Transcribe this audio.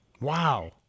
Wow